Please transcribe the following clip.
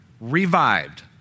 revived